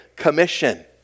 commission